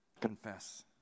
Confess